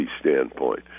standpoint